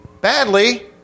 badly